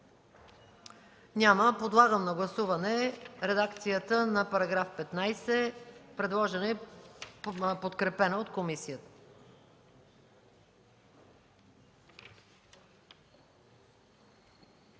Няма. Подлагам на гласуване редакцията на § 15, предложена и подкрепена от комисията.